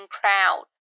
crowd